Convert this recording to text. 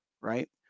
right